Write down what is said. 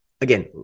Again